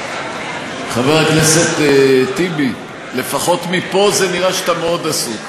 חבר הכנסת טיבי, לפחות מפה נראה שאתה מאוד עסוק,